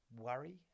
worry